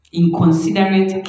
inconsiderate